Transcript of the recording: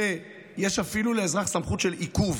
שיש אפילו לאזרח סמכות של עיכוב,